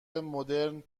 مدرن